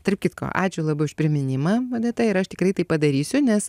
tarp kitko ačiū labai už priminimą odeta ir aš tikrai tai padarysiu nes